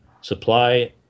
supply